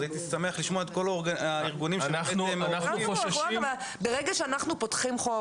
אז הייתי שמח לשמוע את כל הארגונים --- ברגע שאנחנו פותחים חוק,